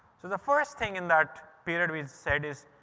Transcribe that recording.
so the first thing in that period, we said is,